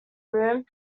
room